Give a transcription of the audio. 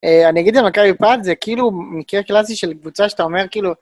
אני אגיד לך מה קרה לי פעם, זה כאילו מקרה קלאסי של קבוצה שאתה אומר כאילו...